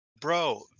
Bro